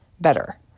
better